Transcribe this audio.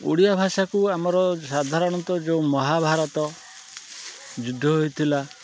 ଓଡ଼ିଆ ଭାଷାକୁ ଆମର ସାଧାରଣତଃ ଯେଉଁ ମହାଭାରତ ଯୁଦ୍ଧ ହୋଇଥିଲା